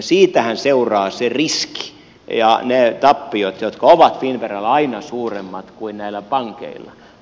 siitähän seuraa se riski ja ne tappiot jotka ovat finnveralla aina suuremmat kuin näillä pankeilla